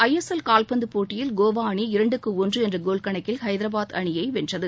ISL கால்பந்து போட்டியில் கோவா அணி இரண்டுக்கு ஒன்று என்ற கோல் கணக்கில் ஐதராபாத் அணியை வென்றது